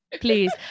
please